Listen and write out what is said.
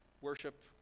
Worship